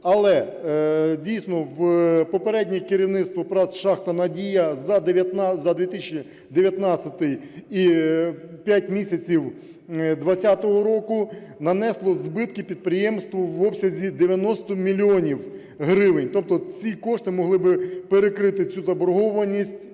Але дійсно, попереднє керівництво ПАТ "Шахта "Надія" за 2019-й і 5 місяців 2020 року нанесло збитки підприємству в обсязі 90 мільйонів гривень. Тобто ці кошти могли би перекрити цю заборгованість